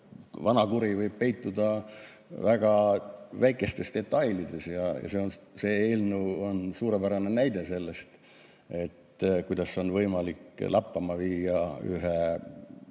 vanakuri võib peituda väga väikestes detailides, ja see eelnõu on suurepärane näide, kuidas on võimalik lappama viia ühe